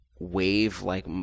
wave-like